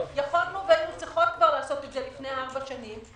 יכולנו והיינו צריכות לעשות את זה לפני ארבע שנים,